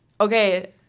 okay